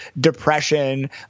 depression